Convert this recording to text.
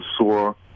sore